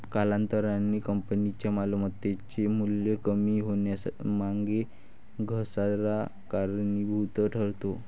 कालांतराने कंपनीच्या मालमत्तेचे मूल्य कमी होण्यामागे घसारा कारणीभूत ठरतो